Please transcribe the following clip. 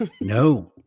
No